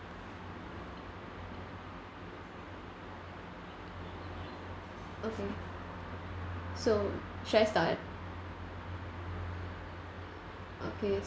okay so should I start okay